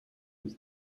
was